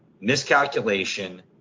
miscalculation